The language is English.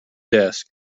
desk